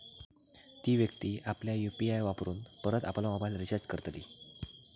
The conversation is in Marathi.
ती व्यक्ती आपल्या यु.पी.आय वापरून परत आपलो मोबाईल रिचार्ज करतली